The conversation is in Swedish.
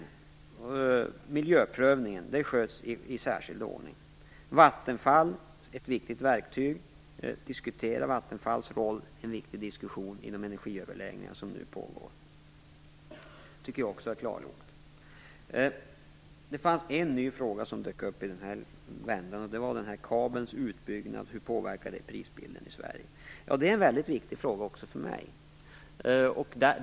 Miljöprövningen sköts i särskild ordning. Vattenfall är ett viktigt verktyg och det är viktigt att inom de energiöverläggningar som nu pågår diskutera Vattenfalls roll. Detta har jag också klargjort. En ny fråga dök upp i den här vändan, och det var hur kabelns utbyggnad påverkar prisbilden i Sverige. Det är en viktig fråga också för mig.